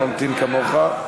אני ממתין כמוך.